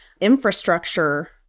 infrastructure